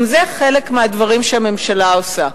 גם זה חלק מהדברים שהממשלה עושה.